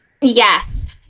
Yes